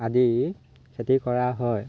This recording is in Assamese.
আদি খেতি কৰা হয়